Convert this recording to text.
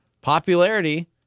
popularity